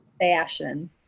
fashion